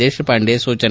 ದೇಶಪಾಂಡೆ ಸೂಚನೆ